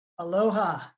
Aloha